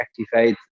activate